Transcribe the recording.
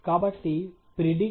కాబట్టి ప్రిడిక్ట్